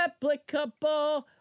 replicable